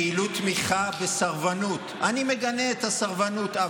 פעילות תמיכה בסרבנות: אני מגנה את הסרבנות,